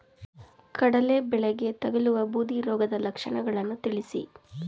ಕಡಲೆ ಬೆಳೆಗೆ ತಗಲುವ ಬೂದಿ ರೋಗದ ಲಕ್ಷಣಗಳನ್ನು ತಿಳಿಸಿ?